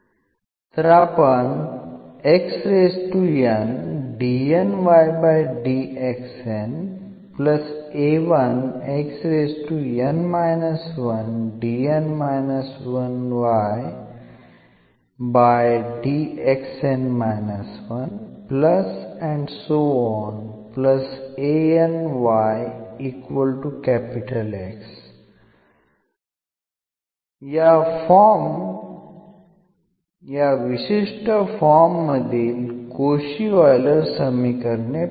तर आपण या फॉर विशिष्ठ फॉर्म मधील कोशी ऑइलर समीकरणे पहिली